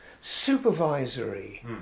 supervisory